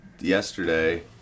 yesterday